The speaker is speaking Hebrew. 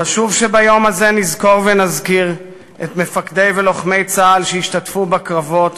חשוב שביום הזה נזכור ונזכיר את מפקדי ולוחמי צה"ל שהשתתפו בקרבות